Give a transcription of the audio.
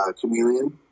chameleon